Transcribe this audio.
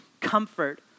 comfort